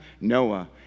Noah